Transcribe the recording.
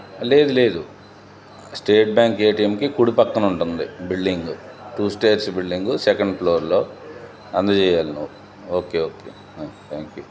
లేదు లేదు state bank A T ఎంకి కుడి పక్కన ఉంటుంది building two stairs building second ఫ్లోర్లో అందజేయాల నువ్వు ఓకే ఓకే థ్యాంక్ యూ